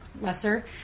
lesser